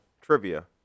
trivia